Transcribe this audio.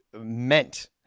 Meant